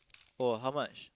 oh how much